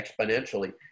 exponentially